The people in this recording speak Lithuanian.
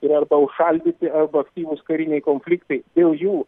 yra arba užšaldyti arba aktyvūs kariniai konfliktai dėl jų